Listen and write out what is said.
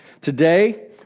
Today